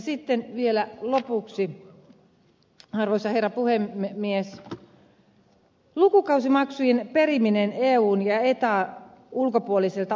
sitten vielä lopuksi arvoisa herra puhemies lukukausimaksujen perimisestä eun ja etan ulkopuolisilta opiskelijoilta